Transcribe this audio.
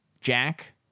Jack